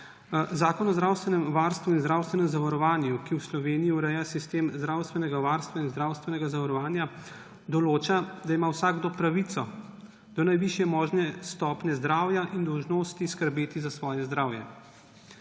Zakon o zdravstvenem varstvu in zdravstvenem zavarovanju, ki v Sloveniji ureja sistem zdravstvenega varstva in zdravstvenega zavarovanja, določa, da ima vsakdo pravico do najvišje možne stopnje zdravja in dolžnosti skrbeti za svoje zdravje.